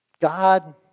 God